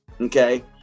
Okay